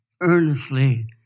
earnestly